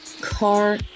Car